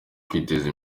kwiteza